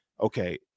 okay